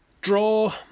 draw